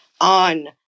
on